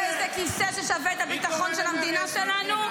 יש פה איזה כיסא ששווה את הביטחון של המדינה שלנו?